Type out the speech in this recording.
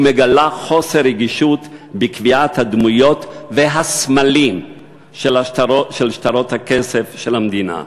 ומגלה חוסר רגישות בקביעת הדמויות והסמלים של שטרות הכסף של המדינה.